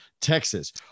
Texas